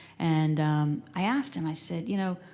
and i asked him. i said, you know